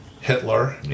Hitler